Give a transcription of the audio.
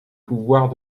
pouvoirs